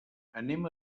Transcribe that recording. anem